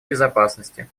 безопасности